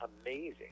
amazing